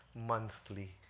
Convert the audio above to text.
monthly